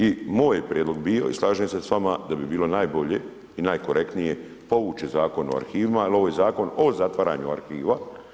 I moj je prijedlog bio i slažem se s vama da bi bilo najbolje i najkorektnije povući Zakon o arhivima, jer ovo je zakon o zatvaranju arhiva.